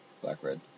Black-red